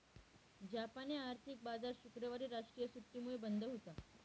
जापानी आर्थिक बाजार शुक्रवारी राष्ट्रीय सुट्टीमुळे बंद होता